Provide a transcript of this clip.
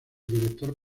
director